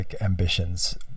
ambitions